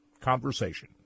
conversation